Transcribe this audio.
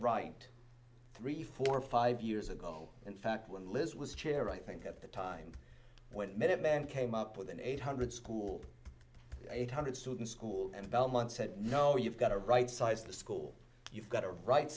right three four five years ago in fact when liz was chair i think at the time when minutemen came up with an eight hundred schools eight hundred students school and belmont said no you've got to right size the school you've got to ri